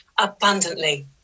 abundantly